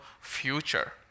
future